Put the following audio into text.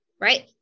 Right